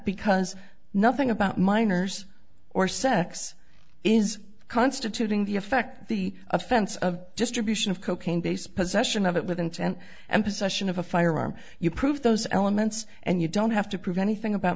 because nothing about minors or sex is constituting the effect the offense of distribution of cocaine base possession of it with intent and possession of a firearm you prove those elements and you don't have to prove anything about